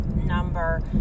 number